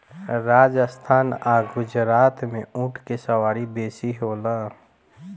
राजस्थान आ गुजरात में ऊँट के सवारी बेसी होला